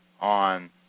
on